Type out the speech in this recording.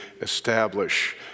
establish